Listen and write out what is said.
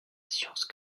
science